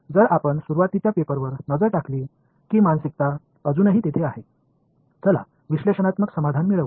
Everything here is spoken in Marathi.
जर आपण सुरुवातीच्या पेपरवर नजर टाकली की मानसिकता अजूनही तेथे आहे चला विश्लेषणात्मक समाधान मिळवू